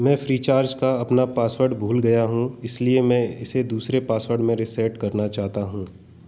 मैं फ़्रीचार्ज का अपना पासवर्ड भूल गया हूँ इसलिए मैं इसे दूसरे पासवर्ड में रीसेट करना चाहता हूँ